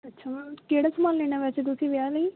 ਅੱਛਾ ਮੈਮ ਕਿਹੜਾ ਸਮਾਨ ਲੈਣਾ ਵੈਸੇ ਤੁਸੀਂ ਵਿਆਹ ਲਈ